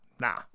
Nah